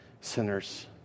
sinners